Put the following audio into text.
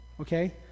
okay